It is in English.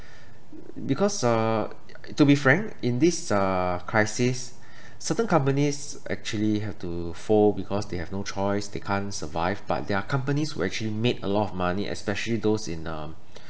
because uh to be frank in this uh crisis certain companies actually have to fold because they have no choice they can't survive but there are companies who actually made a lot of money especially those in um